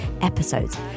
episodes